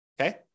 okay